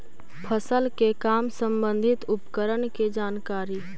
फसल के काम संबंधित उपकरण के जानकारी?